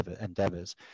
endeavors